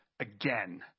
again